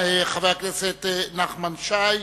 חבר הכנסת נחמן שי,